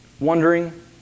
wondering